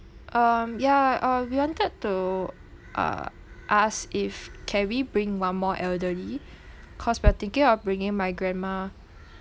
um yeah uh we wanted to uh ask if can we bring one more elderly cause we are thinking of bringing my grandma